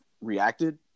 reacted